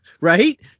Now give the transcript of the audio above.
Right